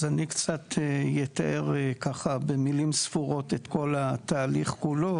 אז אני קצת אתאר ככה במילים ספורות את כל התהליך כולו.